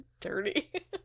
dirty